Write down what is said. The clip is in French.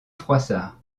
froissart